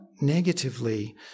negatively